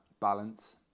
balance